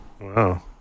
Wow